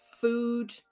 food